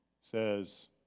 Says